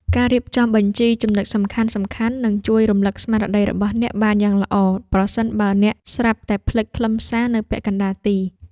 ការរៀបចំបញ្ជីចំណុចសំខាន់ៗ នឹងជួយរំលឹកស្មារតីរបស់អ្នកបានយ៉ាងល្អ ប្រសិនបើអ្នកស្រាប់តែភ្លេចខ្លឹមសារនៅពាក់កណ្ដាលទី។